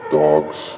dogs